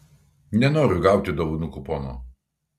nenoriu gauti dovanų kupono